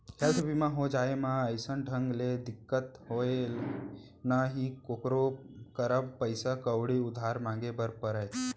health बीमा हो जाए म अइसन ढंग के दिक्कत नइ होय ना ही कोकरो करा पइसा कउड़ी उधार मांगे बर परय